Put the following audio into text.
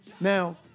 Now